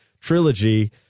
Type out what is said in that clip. trilogy